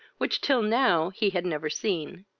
which till now he had never seen.